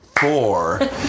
four